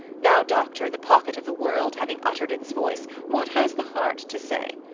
now, doctor, the pocket of the world having uttered its voice, what has the heart to say?